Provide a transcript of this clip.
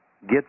Get